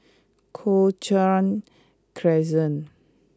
Cochrane Crescent